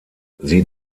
sie